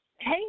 Hey